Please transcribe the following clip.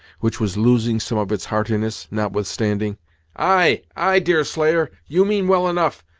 which was losing some of its heartiness, notwithstanding ay, ay, deerslayer. you mean well enough,